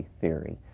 theory